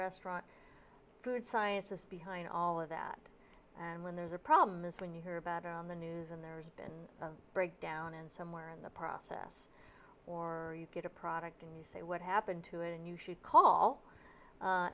restaurant good science is behind all of that and when there's a problem is when you hear about it on the news and there's been a breakdown in somewhere in the process or you get a product and you say what happened to it and you should call